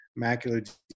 macular